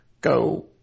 go